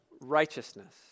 righteousness